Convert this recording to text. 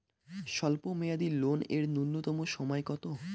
স্বল্প মেয়াদী লোন এর নূন্যতম সময় কতো?